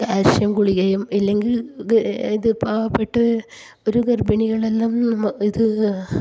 calcium ഗുളികയും ഇല്ലെങ്കിൽ ഇത് പാവപ്പെട്ട ഒരു ഗർഭിണികളെല്ലാം ഇത്